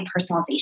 personalization